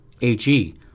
H-E